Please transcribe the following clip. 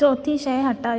चोथी शै हटायो